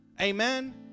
Amen